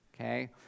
okay